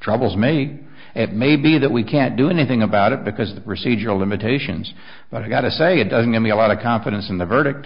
troubles maybe it may be that we can't do anything about it because the procedure limitations but i gotta say it doesn't give me a lot of confidence in the verdict